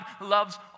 loves